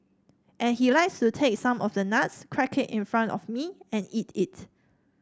and he likes to take some of the nuts crack it in front of me and eat it